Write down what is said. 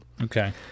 okay